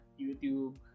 YouTube